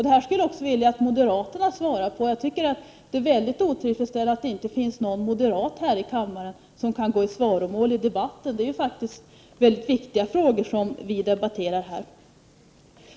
Det här skulle jag också vilja att moderaterna svarar på. Jag tycker att det är mycket otillfredsställande att det inte finns någon moderat i kammaren som kan gå i svaromål i debatten. Det är faktiskt viktiga frågor som vi debatterar här.